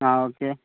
ആ ഓക്കെ